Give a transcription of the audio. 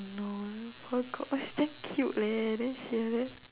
no eh oh my god is so damn cute leh